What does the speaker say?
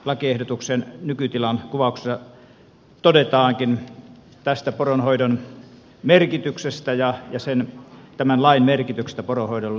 lakiehdotuksen nykytilan kuvauksessa todetaankin tästä poronhoidon merkityksestä ja tämän lain merkityksestä poronhoidolle